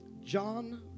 John